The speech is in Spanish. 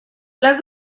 las